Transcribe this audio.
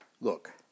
Look